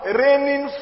raining